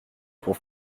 pour